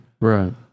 Right